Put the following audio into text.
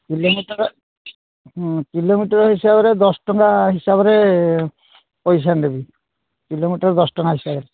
kilometre ହଁ kilometre ହିସାବରେ ଦଶ ଟଙ୍କା ହିସାବରେ ପଇସା ନେବି କିଲୋମିଟର ଦଶ ଟଙ୍କା ହିସାବରେ